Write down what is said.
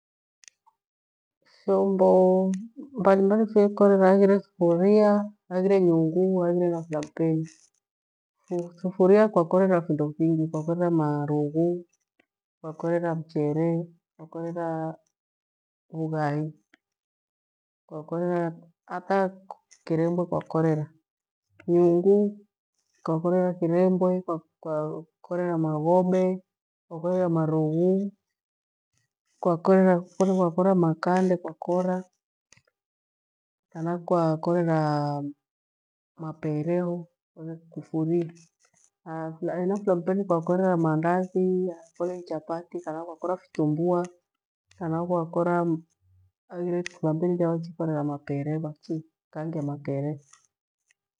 Vyombo mbalimbali vyekorera haghire thufuria nyungu haghire na flampeni, thufuria. Kwakorera vinduvingi, kwakorera marughu, kwakorera mchele, kwakorera vughai, kwakorera hata kirembwe, kwakorera vyungu, kwakorera kirembwe, kwakorera maghobe, kwa korera marughu, kwakorera kole, kwakorera makande, kwakorera kana, kwakorera kana, kwa korera mapere. Kole kufurie, hena flampeni, kwakorera maandathi, kole ni chapati kana kwa kokora haghire flampeni hiya vachikorera mapere vachikaangia mapere.